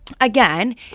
again